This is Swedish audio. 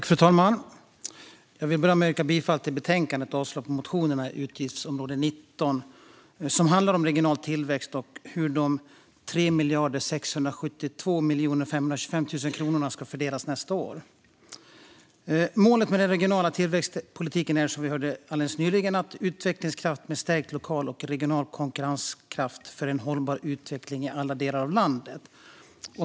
Fru talman! Jag vill böra med att yrka bifall till utskottets förslag i betänkandet och avslag på motionerna för utgiftsområde 19 som handlar om regional tillväxt och om hur de 3 672 525 000 kronorna ska fördelas nästa år. Målet med den regionala tillväxtpolitiken är, som vi hörde alldeles nyligen, utvecklingskraft med stärkt lokal och regional konkurrenskraft för en hållbar utveckling i alla delar av landet.